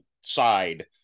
side